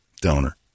donor